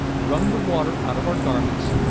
wrung the water out of our garments,